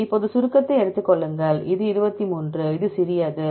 இப்போது சுருக்கத்தை எடுத்துக் கொள்ளுங்கள் இது 23 இது B சிறியது